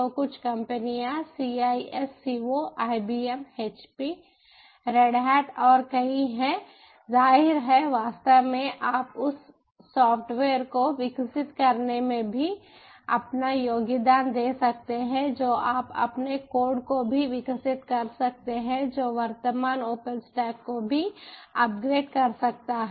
तो कुछ कंपनियाँ CISCO IBM HP Redhat और कई हैं जाहिर है वास्तव में आप उस सॉफ़्टवेयर को विकसित करने में भी अपना योगदान दे सकते हैं जो आप अपने कोड को भी विकसित कर सकते हैं जो वर्तमान ओपनस्टैक को भी अपग्रेड कर सकता है